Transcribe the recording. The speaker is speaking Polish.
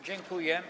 Dziękuję.